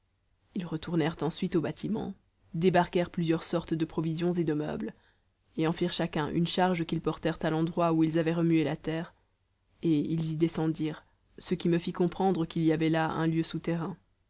ils retournèrent ensuite au bâtiment débarquèrent plusieurs sortes de provisions et de meubles et en firent chacun une charge qu'ils portèrent à l'endroit où ils avaient remué la terre et ils y descendirent ce qui me fit comprendre qu'il y avait là un lieu souterrain